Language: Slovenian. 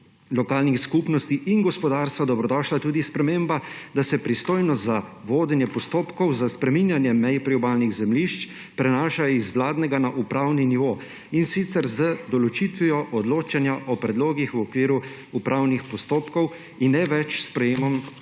lokalnih skupnosti in gospodarstva dobrodošla tudi sprememba, da se pristojnost za vodenje postopkov, za spreminjanje mej priobalnih zemljišč prenaša z vladnega na upravni nivo, in sicer z določitvijo odločanja o predlogih v okviru upravnih postopkov in ne več s sprejetjem vladne